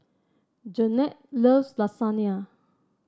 Jannette loves Lasagne